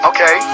Okay